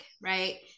right